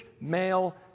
male